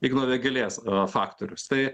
igno vėgėlės faktorius tai